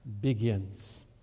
begins